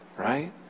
Right